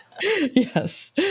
Yes